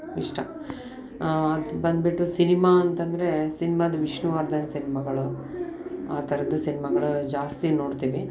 ಇಷ್ಟ ಅದು ಬಂದ್ಬಿಟ್ಟು ಸಿನಿಮಾ ಅಂತಂದರೆ ಸಿನ್ಮಾದ ವಿಷ್ಣುವರ್ಧನ್ ಸಿನ್ಮಗಳು ಆ ಥರದ್ದು ಸಿನ್ಮಾಗಳು ಜಾಸ್ತಿ ನೋಡ್ತೀವಿ